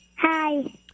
Hi